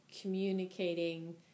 communicating